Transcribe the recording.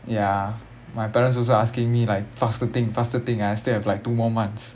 ya my parents also asking me like fast think faster think I still have like two more months